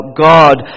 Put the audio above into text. God